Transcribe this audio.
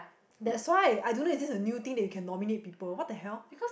that's why I don't know is it a new thing that you can nominate people what the hell